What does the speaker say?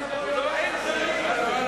מספיק שרים.